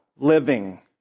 living